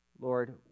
Lord